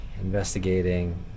investigating